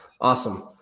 Awesome